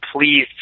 Please